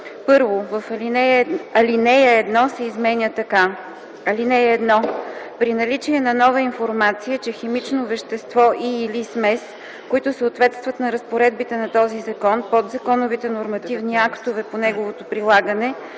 1. Алинея 1 се изменя така: „(1) При наличие на нова информация, че химично вещество и/или смес, които съответстват на разпоредбите на този закон, подзаконовите нормативни актове по неговото прилагане